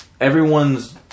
everyone's